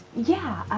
yeah,